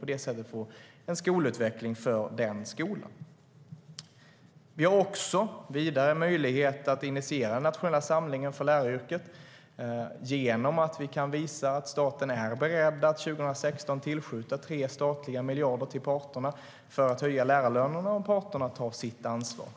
På det sättet får man en skolutveckling för just den skolan. Vi har också en vidare möjlighet att initiera den nationella samlingen för läraryrket genom att vi kan visa att staten är beredd att 2016 tillskjuta tre statliga miljarder till parterna för att höja lärarlönerna om parterna tar sitt ansvar.